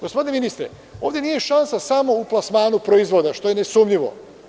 Gospodine ministre, ovde nije šansa samo u plasmanu proizvoda, što je nesumnjivo.